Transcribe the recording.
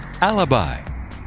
Alibi